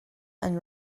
and